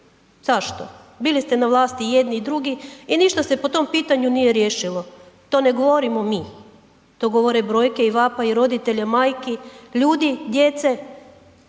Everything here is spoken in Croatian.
Zašto? Bili ste na vlasti i jedni i drugi i ništa se po tom pitanju nije riješilo, to ne govorimo mi, to govore brojke i vapaji roditelja, majki, ljudi, djece